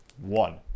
One